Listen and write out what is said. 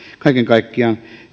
kaiken kaikkiaan